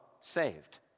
saved